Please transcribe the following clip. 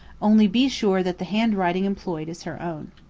only be sure that the handwriting employed is her own.